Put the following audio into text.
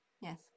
yes